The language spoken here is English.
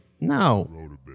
No